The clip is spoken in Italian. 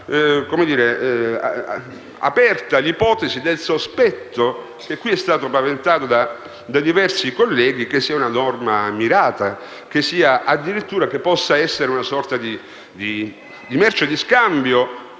lascia aperta l'ipotesi del sospetto, che qui è stato avanzato da diversi colleghi che sia una norma mirata, che possa addirittura essere una sorta di merce di scambio,